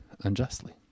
unjustly